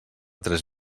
tres